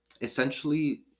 essentially